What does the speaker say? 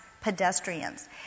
pedestrians